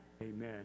amen